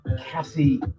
Cassie